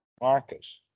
Marcus